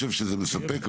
חושב שזה מספק.